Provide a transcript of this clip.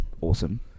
awesome